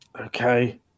Okay